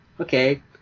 Okay